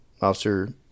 Officer